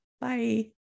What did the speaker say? Bye